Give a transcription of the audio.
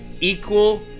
equal